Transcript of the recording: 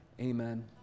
Amen